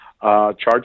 Charge